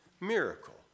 miracle